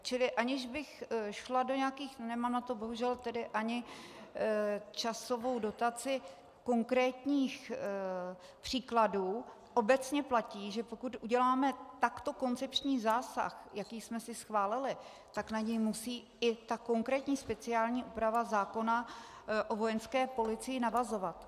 Čili aniž bych šla do nějakých nemám na to bohužel ani časovou dotaci konkrétních příkladů, obecně platí, že pokud uděláme takto koncepční zásah, jaký jsme si schválili, tak na něj musí i ta konkrétní speciální úprava zákona o Vojenské policii navazovat.